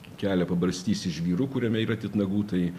kelia pabarstysi žvyru kuriame yra titnagų tai